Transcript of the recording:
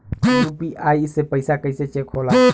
UPI से पैसा कैसे चेक होला?